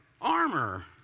armor